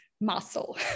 muscle